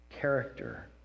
character